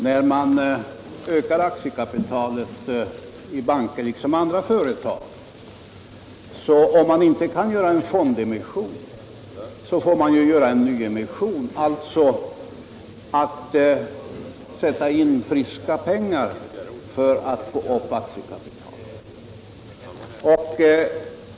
När man ökar aktiekapitalet i banker liksom i andra företag och man inte kan göra en fondemission, så får man göra en nyemission, dvs. sätta in friska pengar för att få upp aktiekapitalet.